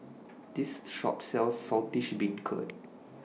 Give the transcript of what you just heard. This Shop sells Saltish Beancurd